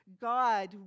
God